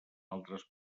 altres